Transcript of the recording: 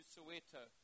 Soweto